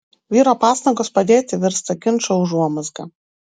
vyro pastangos padėti virsta ginčo užuomazga